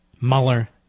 Mueller